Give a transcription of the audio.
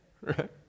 right